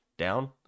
Down